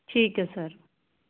ਠੀਕ ਹੈ ਸਰ